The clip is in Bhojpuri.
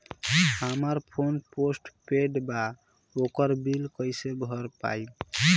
हमार फोन पोस्ट पेंड़ बा ओकर बिल कईसे भर पाएम?